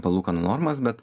palūkanų normas bet